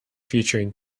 featuring